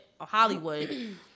Hollywood